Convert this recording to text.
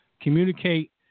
communicate